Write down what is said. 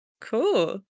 Cool